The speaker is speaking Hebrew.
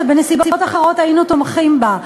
שבנסיבות אחרות היינו תומכים בה,